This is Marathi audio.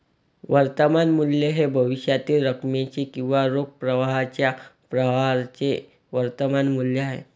वर्तमान मूल्य हे भविष्यातील रकमेचे किंवा रोख प्रवाहाच्या प्रवाहाचे वर्तमान मूल्य आहे